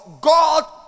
God